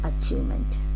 achievement